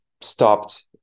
stopped